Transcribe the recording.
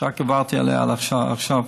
שרק עברתי עליה עכשיו.